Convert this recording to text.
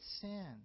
sin